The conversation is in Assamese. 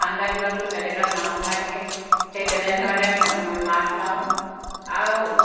ঠাণ্ডা দিনততো মেটেকাত মাছ সোমাই থাকে সেই তেনেধৰণে মাছ মাৰোঁ আৰু